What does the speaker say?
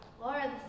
Laura